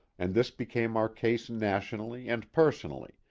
and this became our case nationally and personally,